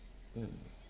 mm